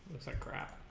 that graph